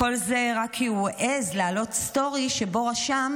כל זה רק כי הוא העז להעלות סטורי שבו רשם: